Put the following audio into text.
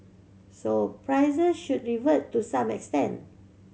so prices should revert to some extent